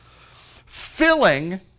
Filling